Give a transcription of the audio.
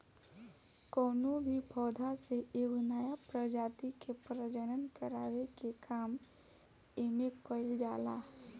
कवनो भी पौधा से एगो नया प्रजाति के प्रजनन करावे के काम एमे कईल जाला